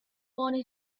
wanted